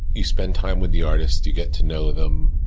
you spend time with the artist, you get to know them,